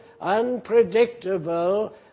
unpredictable